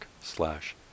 slash